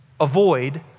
Avoid